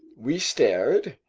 we stared,